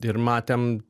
ir matėm